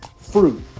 fruit